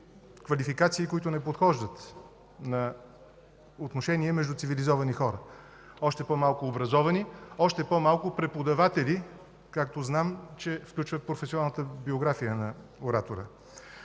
квалификации, които не подхождат на отношения между цивилизовани хора, още по-малко образовани, още по-малко преподаватели, както знам, че включва професионалната биография на оратора.